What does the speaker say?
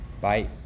Bye